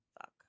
fuck